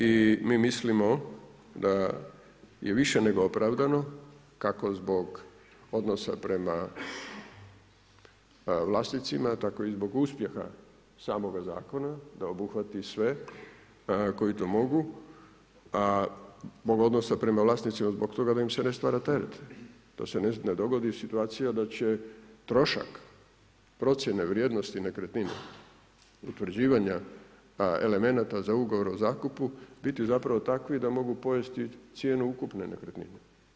I mi mislimo da je i više nego opravdano ka zbog odnosa prema vlasnicima tako i zbog uspjeha samoga zakona da obuhvati sve koji to mogu a zbog odnosa prema vlasnicima zbog toga da im se ne stvara teret, da se ne dogodi situacija da će trošak procjene vrijednosti nekretnine, utvrđivanja elemenata za ugovor o zakupu biti zapravo takvi da mogu pojesti cijenu ukupne nekretnine.